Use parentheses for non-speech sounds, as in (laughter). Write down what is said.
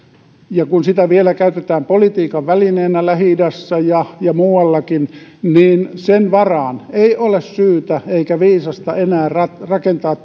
ja kun sitä vielä käytetään politiikan välineenä lähi idässä ja ja muuallakin niin sen varaan ei ole syytä eikä viisasta enää rakentaa (unintelligible)